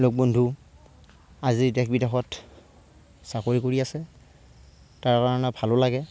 লগ বন্ধু আজি দেশ বিদেশত চাকৰি কৰি আছে তাৰকাৰণে ভালো লাগে